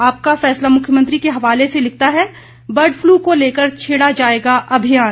आपका फैसला मुख्यमंत्री के हवाले से लिखता है बर्ड फ्लू को लेकर छेड़ा जाएगा अभियान